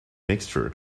mixture